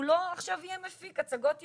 הוא לא יהיה עכשיו מפיק הצגות ילדים.